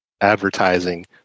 advertising